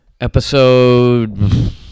Episode